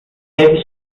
heavy